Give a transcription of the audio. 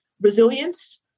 resilience